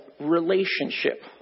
relationship